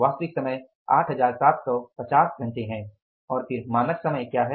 वास्तविक समय 8750 घंटे है और फिर मानक समय है